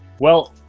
well,